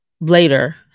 later